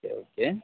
okay